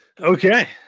okay